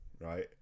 right